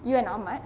you and ahmad